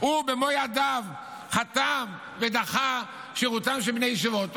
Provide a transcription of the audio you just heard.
הוא במו ידיו חתם ודחה שירותם של בני ישיבות.